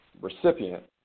recipient